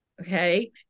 okay